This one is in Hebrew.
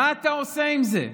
מה אתה עושה עם זה?